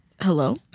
hello